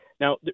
Now